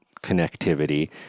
connectivity